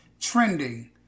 trending